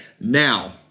Now